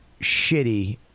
shitty